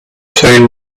playing